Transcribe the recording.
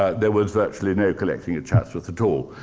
ah there was virtually no collecting at chatsworth at all.